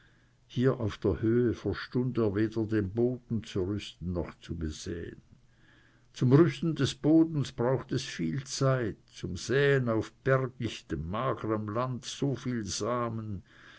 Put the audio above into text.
hier auf der höhe verstund er weder den boden zu rüsten noch zu besäen zum rüsten des bodens brauchte er viele zeit zum säen auf bergigtem magerm lande viel samen